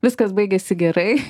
viskas baigėsi gerai